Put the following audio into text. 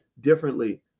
differently